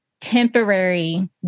temporary